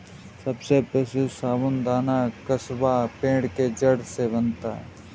सबसे प्रसिद्ध साबूदाना कसावा पेड़ के जड़ से बनता है